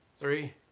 Three